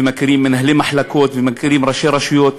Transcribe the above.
ומכירים מנהלי מחלקות ומכירים ראשי רשויות